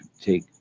take